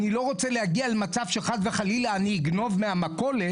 אני לא רוצה להגיע למצב שחס וחלילה אני אגנוב מהמכולת,